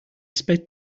sped